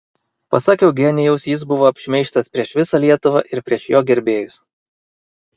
pasak eugenijaus jis buvo apšmeižtas prieš visą lietuvą ir prieš jo gerbėjus